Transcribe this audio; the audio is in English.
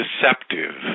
deceptive